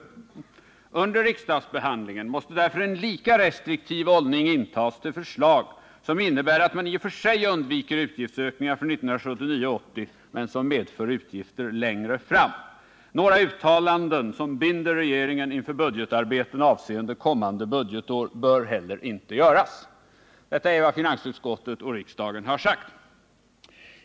Under riksdagsbehandlingen måste därför en lika restriktiv hållning intas till förslag som innebär att man i och för sig undviker utgiftsökningar för 1979/80 men som medför utgifter längre fram. Några uttalanden, som binder regeringen inför budgetarbeten avseende kommande budgetår, bör heller inte göras.” Detta är vad finansutskottet och riksdagen har sagt.